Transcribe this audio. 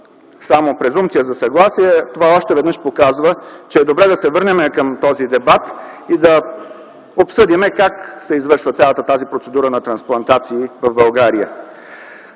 само презумпция за съгласие, това още веднъж показва, че е добре да се върнем към този дебат и да обсъдим как се извършва цялата тази процедура на трансплантации в България.